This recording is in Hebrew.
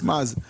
זה או שאנשים